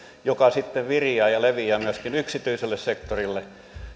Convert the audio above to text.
joka sitten viriää ja ja leviää myöskin yksityiselle sektorille